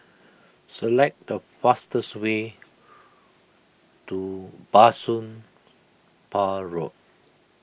select the fastest way to Bah Soon Pah Road